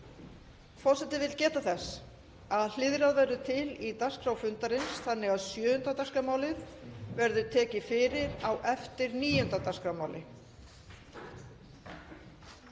Forseti vill geta þess að hliðrað verður til í dagskrá fundarins þannig að 7. dagskrármálið verður tekið fyrir á eftir 9. dagskrármáli.